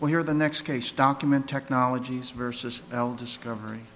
well here the next case document technologies versus discovery